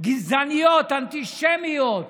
גזעניות ואנטישמיות.